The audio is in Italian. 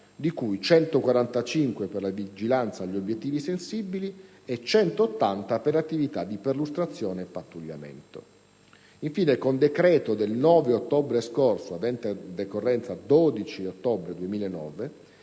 di cui 145 unità per la vigilanza agli obiettivi sensibili e 180 per l'attività di perlustrazione e di pattugliamento. Con decreto del 9 ottobre scorso - avente decorrenza 12 ottobre 2009